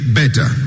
better